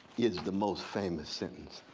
is the most famous sentence